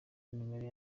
nimero